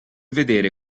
vedere